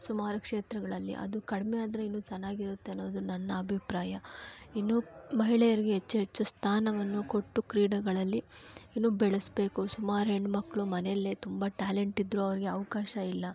ಸುಮಾರು ಕ್ಷೇತ್ರಗಳಲ್ಲಿ ಅದು ಕಡಿಮೆ ಆದರೆ ಇನ್ನು ಚೆನ್ನಾಗಿರುತ್ತೆ ಅನ್ನೋದು ನನ್ನ ಅಭಿಪ್ರಾಯ ಇನ್ನು ಮಹಿಳೆಯರಿಗೆ ಹೆಚ್ಚು ಹೆಚ್ಚು ಸ್ಥಾನವನ್ನು ಕೊಟ್ಟು ಕ್ರೀಡೆಗಳಲ್ಲಿ ಇನ್ನೂ ಬೆಳೆಸಬೇಕು ಸುಮಾರು ಹೆಣ್ಮಕ್ಕಳು ಮನೆಯಲ್ಲೆ ತುಂಬ ಟ್ಯಾಲೆಂಟಿದ್ರು ಅವರಿಗೆ ಅವಕಾಶ ಇಲ್ಲ